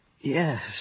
Yes